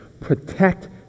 protect